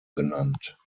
genannt